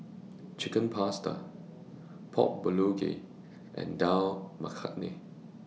Chicken Pasta Pork Bulgogi and Dal Makhani